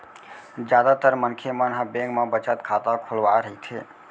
जादातर मनखे मन ह बेंक म बचत खाता खोलवाए रहिथे